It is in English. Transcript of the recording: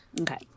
Okay